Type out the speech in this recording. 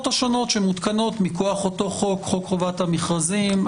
השונות שמותקנות מכוח אותו חוק חובת המכרזים.